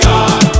God